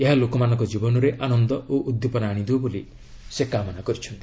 ଏହା ଲୋକମାନଙ୍କ ଜୀବନରେ ଆନନ୍ଦ ଓ ଉଦ୍ଦୀପନା ଆଣିଦେଉ ବୋଲି ସେ କାମନା କରିଛନ୍ତି